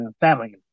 family